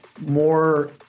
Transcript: more